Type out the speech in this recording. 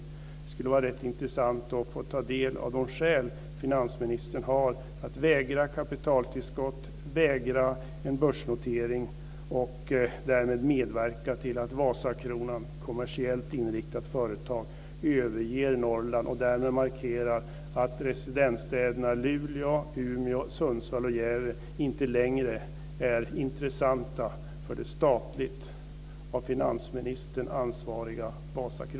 Det skulle vara rätt intressant att få ta del av de skäl finansministern har att vägra kapitaltillskott och en börsnotering och därmed medverka till att Vasakronan, ett kommersiellt inriktat företag, överger Norrland och därmed markera att residensstäderna Luleå, Umeå, Sundsvall och Gävle inte längre är intressanta för det statliga Vasakronan, som finansministern är ansvarig för.